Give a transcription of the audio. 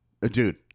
Dude